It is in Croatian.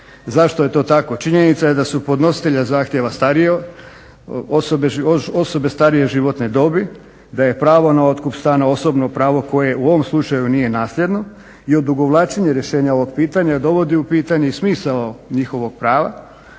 zašto je to tako? Činjenica je da su podnositelji zahtjeva osobe starije životne dobi, da je pravo na otkup stana osobno pravo koje u ovom slučaju nije nasljedno i odugovlačenje rješenja ovog pitanja dovodi u pitanje i smisao njihovog prava